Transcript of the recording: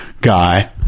guy